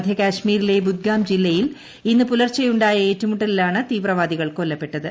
മധ്യ കാശ്മീരിലെ ബുദ്ഗാം ജില്ലയിൽ ഇന്ന് പുലർച്ചെയുണ്ടായ ഏറ്റുമുട്ടലിലാണ് തീവ്രവാദികൾ കൊല്ലപ്പെട്ടത്